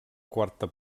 quarta